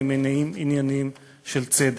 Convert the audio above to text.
ממניעים ענייניים של צדק.